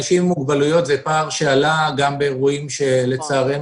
אנשים עם מוגבלויות זה פער שעלה גם באירועים שלצערנו